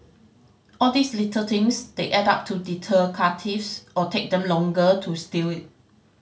all these little things they add up to deter car thieves or take them longer to steal it